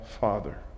Father